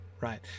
right